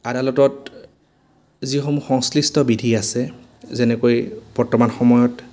আদালতত যিসমূহ সংশ্লিষ্ট বিধি আছে যেনেকৈ বৰ্তমান সময়ত